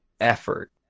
effort